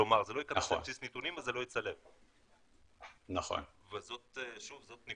כלומר, זה ייכנס לבסיס נתונים, אז זה לא יצטלב?